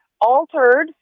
altered